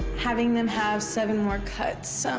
having them have seven more cuts, ah,